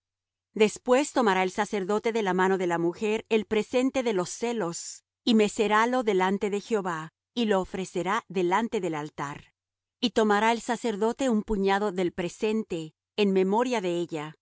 después tomará el sacerdote de la mano de la mujer el presente de los celos y mecerálo delante de jehová y lo ofrecerá delante del altar y tomará el sacerdote un puñado del presente en memoria de ella